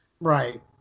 Right